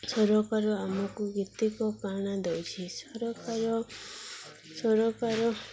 ସରକାର ଆମକୁ କେତେକ କାଣା ଦେଉଛି ସରକାର ସରକାର